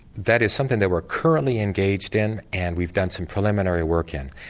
that is something that we are currently engaged in and we've done some preliminary work in.